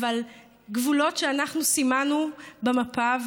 אבל גבולות שאנחנו סימנו במפה,